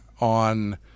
on